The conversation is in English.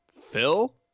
Phil